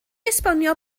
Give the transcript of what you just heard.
esbonio